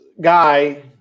guy